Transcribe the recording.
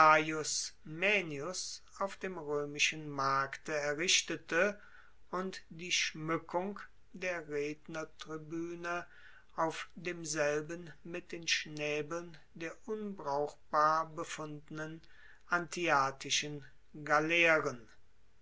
auf dem roemischen markte errichtete und die schmueckung der rednertribuene auf demselben mit den schnaebeln der unbrauchbar befundenen antiatischen galeeren